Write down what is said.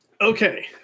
Okay